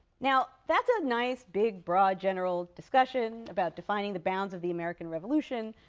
now that's a nice, big, broad general discussion about defining the bounds of the american revolution,